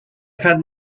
had